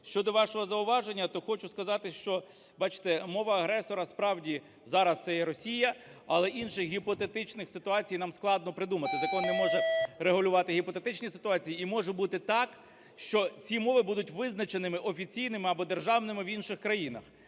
Щодо вашого зауваження, то хочу сказати, що, бачите, мова агресора, справді, зараз це є Росія. Але інших гіпотетичних ситуацій нам складно придумати. Закон не може регулювати гіпотетичні ситуації. І може бути так, що ці мови будуть визначеними офіційними або державними в інших країнах,